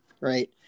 right